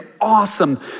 awesome